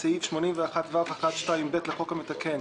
כאמור בסעיף בסעיף 81(ו1)(2)(ב) לחוק המתקן,